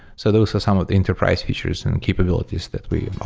so those are some of the enterprise features and capabilities that we ah